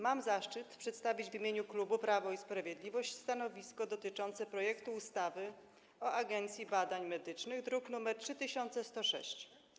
Mam zaszczyt przedstawić w imieniu klubu Prawo i Sprawiedliwość stanowisko dotyczące projektu ustawy o Agencji Badań Medycznych, druk nr 3106.